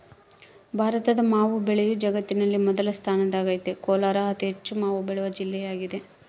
ಭಾರತದ ಮಾವು ಬೆಳೆಯು ಜಗತ್ತಿನಲ್ಲಿ ಮೊದಲ ಸ್ಥಾನದಾಗೈತೆ ಕೋಲಾರ ಅತಿಹೆಚ್ಚು ಮಾವು ಬೆಳೆವ ಜಿಲ್ಲೆಯಾಗದ